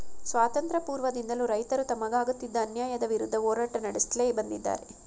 ಸ್ವಾತಂತ್ರ್ಯ ಪೂರ್ವದಿಂದಲೂ ರೈತರು ತಮಗಾಗುತ್ತಿದ್ದ ಅನ್ಯಾಯದ ವಿರುದ್ಧ ಹೋರಾಟ ನಡೆಸುತ್ಲೇ ಬಂದಿದ್ದಾರೆ